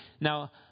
Now